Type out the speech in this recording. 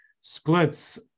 splits